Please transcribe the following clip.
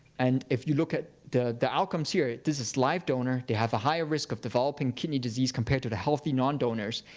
and if you look at the the outcomes here, this is live donor. they have a higher risk of developing kidney disease compared to the healthy nondonors,